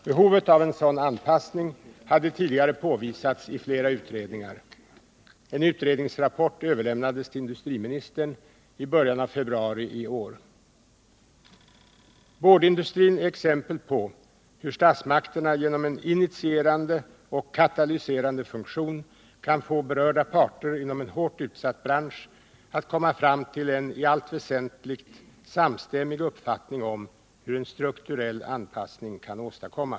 Behovet av en sådan anpassning hade tidigare påvisats i flera utredningar. En utredningsrapport överlämnades till industriministern i början av februari i år. Boardutredningen är exempel på hur statsmakterna genom en initierande och katalyserande funktion kan få berörda parter inom en hårt utsatt bransch att komma fram till en i allt väsentligt samstämmig uppfattning om hur en strukturell anpassning kan åstadkommas.